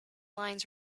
lines